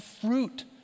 fruit